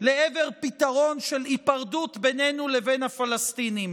לעבר פתרון של היפרדות בינינו לבין הפלסטינים.